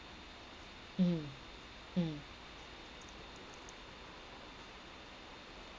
mm mm